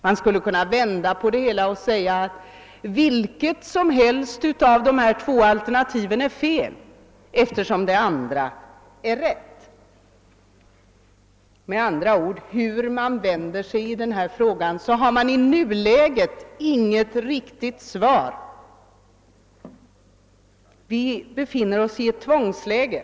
Vi skulle också kunna vända på det hela och säga att vilket som helst av de två alternativen är oriktigt, eftersom det andra är rätt. Med andra ord: Hur man än vänder sig kan man i nuläget inte finna något tillfredsställande svar. Vi befinner oss i ett tvångsläge.